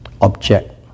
object